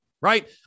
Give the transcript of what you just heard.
right